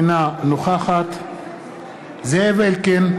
אינה נוכחת זאב אלקין,